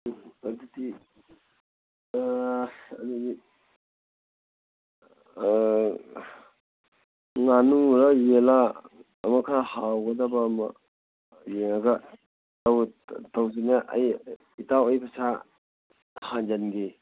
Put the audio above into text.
ꯑꯗꯨꯗꯤ ꯑꯗꯨꯗꯤ ꯉꯥꯅꯨꯔ ꯌꯦꯜꯂ ꯑꯃ ꯈꯔ ꯍꯥꯎꯒꯗꯕ ꯑꯃ ꯌꯦꯡꯉꯒ ꯇꯧꯁꯤꯅꯦ ꯑꯩ ꯏꯇꯥꯎ ꯑꯩ ꯄꯩꯁꯥ ꯍꯟꯖꯟꯒꯦ